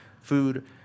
food